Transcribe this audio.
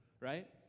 Right